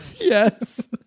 Yes